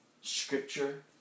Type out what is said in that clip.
Scripture